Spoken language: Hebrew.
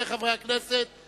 לכנסת, 2003, חבר הכנסת ברוורמן.